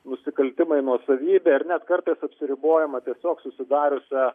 nusikaltimai nuosavybei ar net kartais apsiribojama tiesiog susidariusia